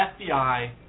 FBI